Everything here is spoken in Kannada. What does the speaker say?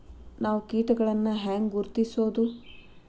ನಾವ್ ಕೇಟಗೊಳ್ನ ಹ್ಯಾಂಗ್ ಗುರುತಿಸೋದು?